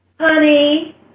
Honey